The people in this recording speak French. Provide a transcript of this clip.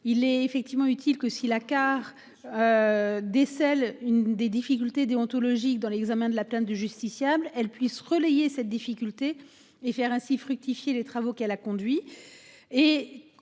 Il est effectivement utile que si la car. Décèle une des difficultés déontologique dans l'examen de la plainte de justiciables elle puissent relayer cette difficulté et faire ainsi fructifier les travaux qu'elle a conduit.